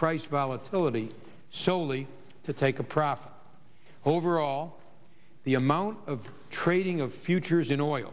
price volatility solely to take a profit overall the amount of trading of futures in oil